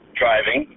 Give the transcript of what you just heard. driving